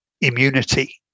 immunity